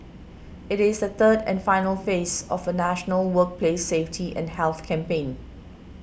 it is the third and final phase of a national workplace safety and health campaign